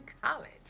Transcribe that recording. College